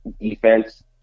Defense